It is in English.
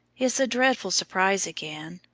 it's a dreadful surprise again,